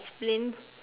explain